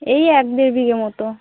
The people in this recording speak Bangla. এই এক দেড় বিঘে মতো